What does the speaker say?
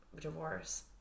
divorce